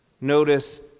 notice